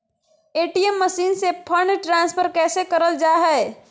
ATM machine से fund transfer कैसे करल जा है?